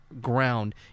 ground